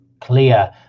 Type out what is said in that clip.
clear